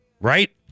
Right